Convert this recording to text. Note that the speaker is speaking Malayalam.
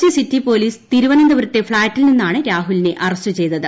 കൊച്ചി സിറ്റി പോലീസ് തിരുവനന്തപുരത്തെ ഫ്ളാറ്റിൽ നിന്നാണ് രാഹുലിനെ അറസ്റ്റ് ചെയ്തത്